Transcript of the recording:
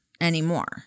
anymore